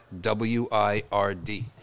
w-i-r-d